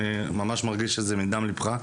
אני ממש מרגיש שזה מדם לבך.